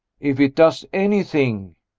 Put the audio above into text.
if it does anything,